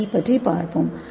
C பற்றி பார்ப்போம்